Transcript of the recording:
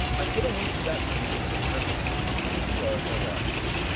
i put a link to that page in the description. and thank you all for watching.